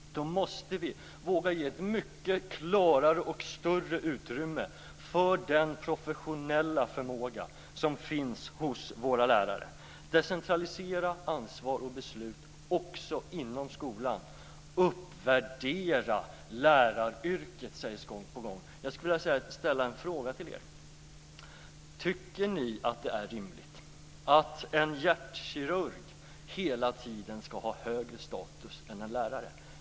Då måste vi våga ge ett mycket klarare och större utrymme för den professionella förmåga som finns hos våra lärare. Decentralisera ansvar och beslut också inom skolan. Uppvärdera läraryrket, säger man gång på gång. Jag skulle vilja ställa en fråga till er. Tycker ni att det är rimligt att en hjärtkirurg hela tiden skall ha högre status än en lärare?